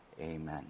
Amen